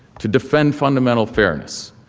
to defend fundamental fairness,